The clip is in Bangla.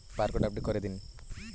বারকোড আপডেট করে দিন?